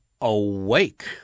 Awake